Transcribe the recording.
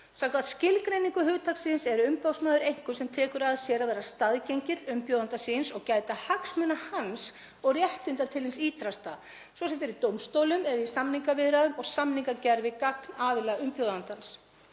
Samkvæmt skilgreiningu hugtaksins er umboðsmaður einhver sem tekur að sér að vera staðgengill umbjóðanda síns og gæta hagsmuna hans og réttinda til hins ýtrasta, svo sem fyrir dómstólum eða í samningaviðræðum og samningagerð við gagnaðila umbjóðandans.